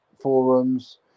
forums